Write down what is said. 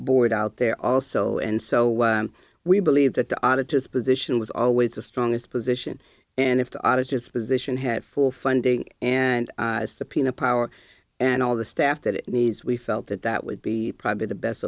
board out there also and so we believe that the auditors position was always the strongest position and if the auditors position had full funding and subpoena power and all the staff that it needs we felt that that would be probably the best